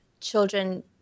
children